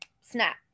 snap